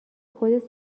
خودت